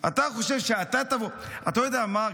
אתה חושב שאתה תבוא, אתה יודע מה?